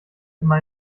immer